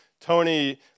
Tony